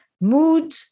mood